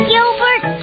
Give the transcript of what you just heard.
Gilbert